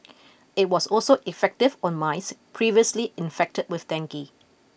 it was also effective on mice previously infected with dengue